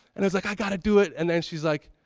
and i was like i gotta do it and then she's like,